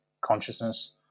consciousness